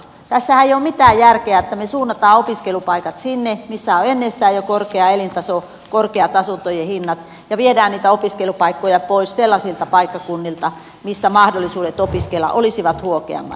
tässähän ei ole mitään järkeä että me suuntaamme opiskelupaikat sinne missä on ennestään jo korkea elintaso korkeat asuntojen hinnat ja viemme niitä opiskelupaikkoja pois sellaisilta paikkakunnilta missä mahdollisuudet opiskella olisivat huokeammat